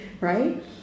right